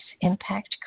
impact